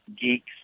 geeks